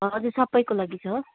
हजुर सबैको लागि छ